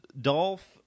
dolph